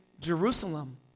Jerusalem